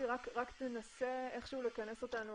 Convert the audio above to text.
רק תנסה איכשהו לכנס אותנו